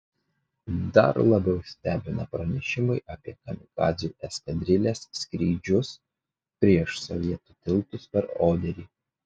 dar labiau stebina pranešimai apie kamikadzių eskadrilės skrydžius prieš sovietų tiltus per oderį